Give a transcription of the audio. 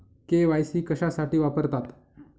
KYC कशासाठी वापरतात?